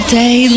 day